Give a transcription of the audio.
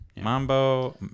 Mambo